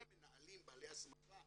שניהם מנהלים בעלי הסמכה,